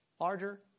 Larger